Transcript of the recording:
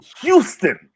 Houston